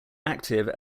active